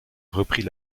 reprit